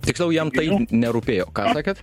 tiksliau jam tai nerūpėjo ką sakėt